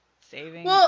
Saving